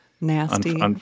Nasty